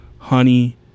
honey